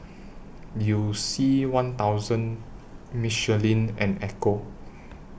YOU C one thousand Michelin and Ecco